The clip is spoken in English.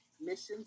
missions